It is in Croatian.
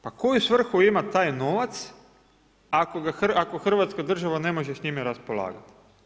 Pa koju svrhu ima taj novac ako Hrvatska država ne može s njime raspolagati?